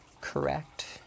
correct